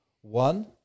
One